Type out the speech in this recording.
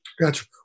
gotcha